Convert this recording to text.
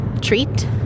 treat